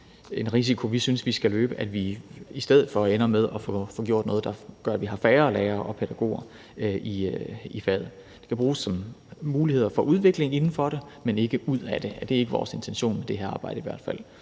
Det er ikke en risiko, vi synes vi skal løbe, altså at man i stedet for ender med at få gjort noget, der gør, at vi får færre lærere og pædagoger i faget. Det skal bruges som muligheder for udvikling inden for det, men ikke ud af det. Det er ikke vores intention med det her arbejde i hvert fald,